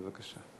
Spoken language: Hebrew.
בבקשה.